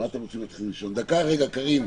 רגע, קארין.